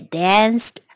danced